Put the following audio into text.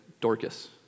Dorcas